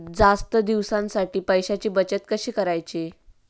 जास्त दिवसांसाठी पैशांची बचत कशी करायची?